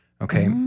Okay